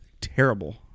terrible